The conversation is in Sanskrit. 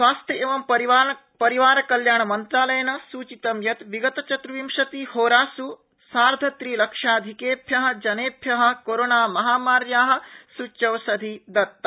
स्वास्थ्य एवं परिवार कल्याण मन्त्रालयेन सूचितं यत् विगत चत्र्विंशतिहोरास् सार्धत्रिलक्षधिकेभ्य जनेभ्य कोरोनामहामार्या सूच्यौषधि दत्ता